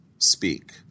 speak